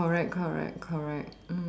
correct correct correct